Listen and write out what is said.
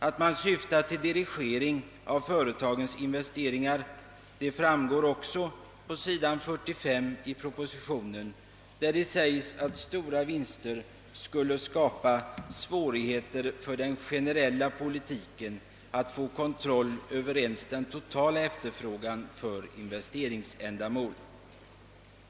Att man syftar till dirigering av företagens investeringar framgår också av s. 45 i propositionen, där det säges att stora vinster skulle skapa »svårigheter för den generella penningpolitiken att få kontroll över ens den totala efterfrågan för investeringsändamål».